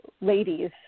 ladies